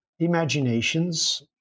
imaginations